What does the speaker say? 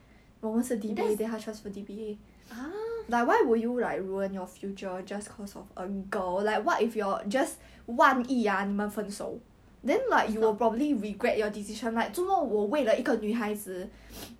it's just sitting beside it's not like he is doing shit to me it's just legit 坐在我旁边连讲话都没有讲话 it's just 坐在我旁边罢了 then err the boyfriend not happy then 他来 eh 他来 S_P